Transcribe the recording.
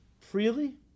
freely